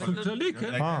באופן כללי, כן.